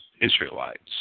Israelites